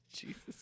Jesus